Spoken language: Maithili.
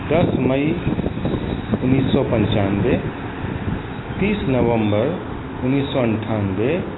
दस मइ उनैस सओ पनचानवे तीस नवम्बर उनैस सओ अनठानवे